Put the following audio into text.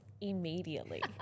immediately